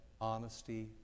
honesty